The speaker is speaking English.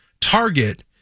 target